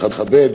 מכבד,